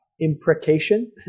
imprecation